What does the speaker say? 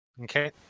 Okay